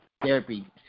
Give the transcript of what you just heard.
therapy